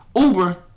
Uber